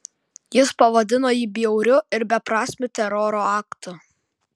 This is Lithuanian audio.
jis pavadino jį bjauriu ir beprasmiu teroro aktu